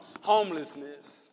homelessness